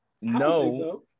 no